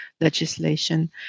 legislation